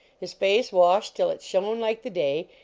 his face washed till it shone like the day,